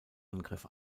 angriff